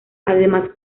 además